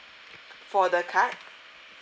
for the card